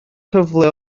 cyfle